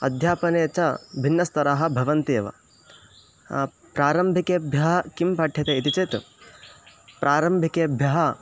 अध्यापने च भिन्नस्तराः भवन्त्येव प्रारम्भिकेभ्यः किं पाठ्यते इति चेत् प्रारम्भिकेभ्यः